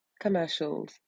commercials